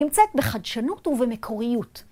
נמצאת בחדשנות ובמקוריות.